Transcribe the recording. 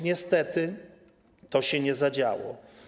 Niestety to się nie zadziało.